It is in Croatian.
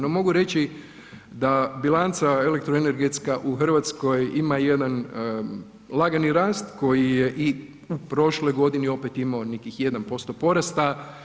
No, mogu reći da bilanca elektroenergetska u Hrvatskoj ima jedan lagani rast koji je i u prošloj godini opet imao nekih 1% porasta.